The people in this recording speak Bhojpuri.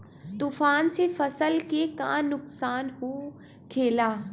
तूफान से फसल के का नुकसान हो खेला?